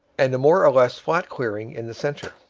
and a more or less flat clearing in the centre.